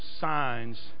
signs